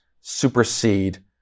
supersede